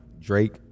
Drake